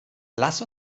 lass